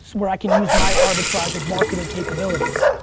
where i can use my arbitrage of marketing capabilities.